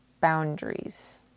boundaries